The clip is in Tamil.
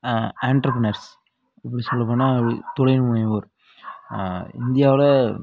ஆன்ட்ரிபிரனர்ஸ் அப்படின்னு சொல்ல போனால் ஒரு தொழில்முனைவோர் இந்தியாவில்